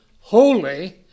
holy